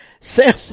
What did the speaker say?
Sam